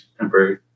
temporary